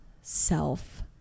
self